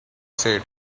said